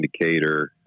indicator